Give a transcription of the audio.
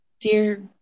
Dear